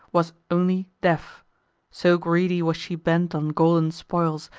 was only deaf so greedy was she bent on golden spoils,